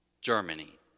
Germany